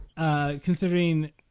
Considering